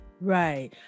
right